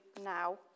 now